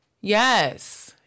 Yes